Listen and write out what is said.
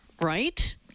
right